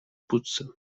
putzen